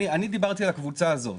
דברתי על הקבוצה הזאת.